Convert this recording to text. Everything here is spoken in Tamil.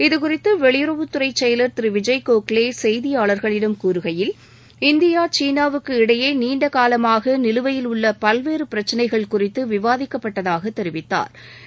இது குறித்து வெளியுறவுத்துறை செயலர் திரு விஜய் கோகலே செய்தியாளர்களிடம் கூறுகையில் இந்தியா சீனாவுக்கு இடையே நீண்ட காலமாக நிலுவையில் உள்ள பல்வேறு பிரச்னைகள் குறித்து விவாதிக்கப்பட்டதாக தெரிவித்தாா்